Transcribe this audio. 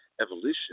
Evolution